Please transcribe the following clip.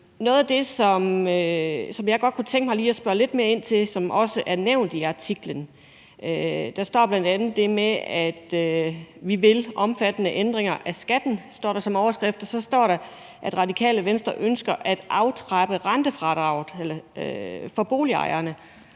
Noget af det, som jeg godt kunne tænke mig lige at spørge lidt mere ind til, er nævnt i artiklen, og der står bl.a. som overskrift: Vi vil omfattende ændringer af skatten. Og så står der, at Det Radikale Venstre ønsker at aftrappe rentefradraget for boligejerne.